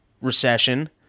Recession